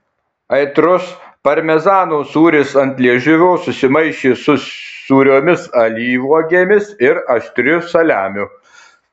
aitrus parmezano sūris ant liežuvio susimaišė su sūriomis alyvuogėmis ir aštriu saliamiu